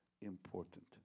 important